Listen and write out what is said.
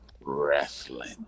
wrestling